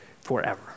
forever